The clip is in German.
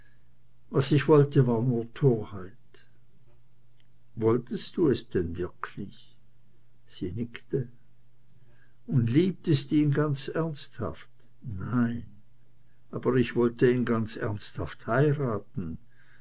was ich wollte war nur torheit wolltest du's denn wirklich sie nickte und liebtest ihn ganz ernsthaft nein aber ich wollte ihn ganz ernsthaft heiraten